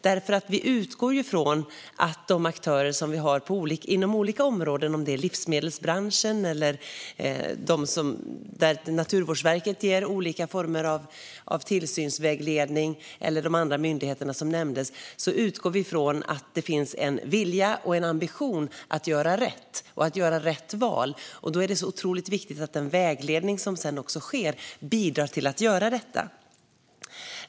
Vi utgår nämligen från att det hos aktörer inom olika områden - det kan gälla livsmedelsbranschen, de olika former av tillsynsvägledning som Naturvårdsverket ger eller de andra myndigheter som nämndes - finns en vilja och en ambition att göra rätt och att göra rätt val. Då är det otroligt viktigt att den vägledning som sker bidrar till detta.